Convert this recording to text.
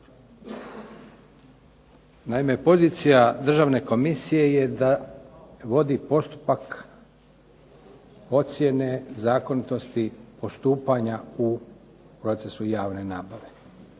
Naime pozicija državne komisije je da vodi postupak ocjene zakonitosti postupanja u procesu javne nabave.